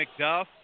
McDuff